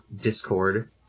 discord